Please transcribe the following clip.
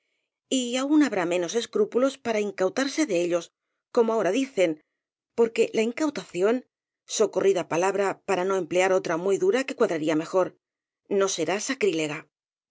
y aun habrá menos escrúpulos para incautarse de ellos como ahora dicen porque la incautación socorrida palabra pa ra no emplear otra muy dura que cuadraría mejor no será sacrilega